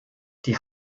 die